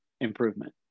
improvement